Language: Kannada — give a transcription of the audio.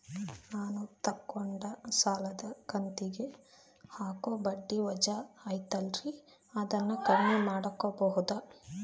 ನಾನು ತಗೊಂಡ ಸಾಲದ ಕಂತಿಗೆ ಹಾಕೋ ಬಡ್ಡಿ ವಜಾ ಐತಲ್ರಿ ಅದನ್ನ ಕಮ್ಮಿ ಮಾಡಕೋಬಹುದಾ?